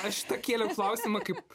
aš šitą kėliau klausimą kaip